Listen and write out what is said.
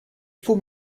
faut